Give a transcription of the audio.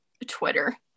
twitter